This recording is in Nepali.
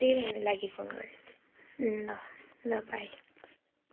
त्यही भन्नुको लागि फोन गरेको थिएँ ल ल बाई